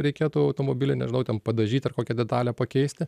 reikėtų automobilį nežinau ten padažyt ar kokią detalę pakeisti